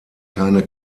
keine